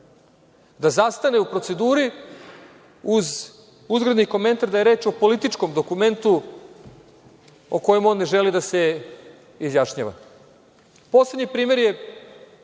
Da zastane u proceduri uz uzgredni komentar da je reč o političkom dokumentu o kojem on ne želi da se izjašnjava. Poslednji primer je,